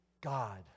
God